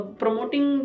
promoting